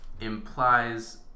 implies